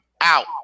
out